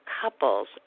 couples